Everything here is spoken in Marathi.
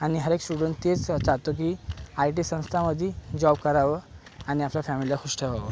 आणि हर एक स्टुडंट तेच चाहतो की आयटी संस्थामध्ये जॉब करावं आणि आपल्या फॅमिलीला खूश ठेवावं